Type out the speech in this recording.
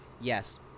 yes